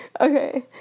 Okay